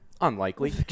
Unlikely